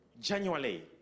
January